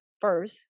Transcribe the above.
first